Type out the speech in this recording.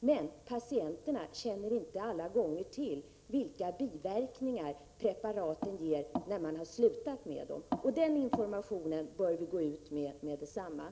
Men patienterna känner inte alla gånger till vilka biverkningar preparaten ger sedan man slutat ta preparaten. Den informationen bör vi gå ut med på en gång.